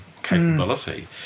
capability